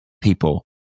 people